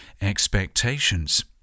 expectations